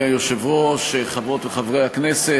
חברות וחברי הכנסת,